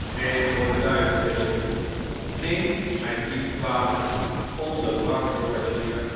nee voor den duivel william neem mij niet kwalijk onderbrak george hier